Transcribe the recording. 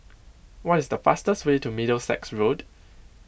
what is the fastest way to Middlesex Road